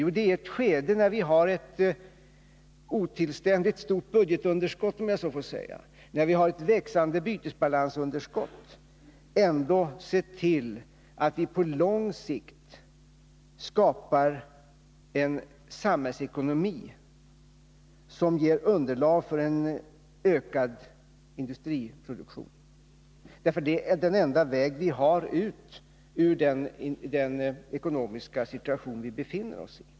Jo, i ett skede när vi har ett otillständigt stort budgetunderskott, om jag så får säga, och ett växande bytesbalansunderskott har vi ändå sett till att vi på lång sikt skapar en samhällsekonomi som ger underlag för en ökad industriproduktion. Det är den enda väg vi har ut ur den ekonomiska situation vi befinner oss i.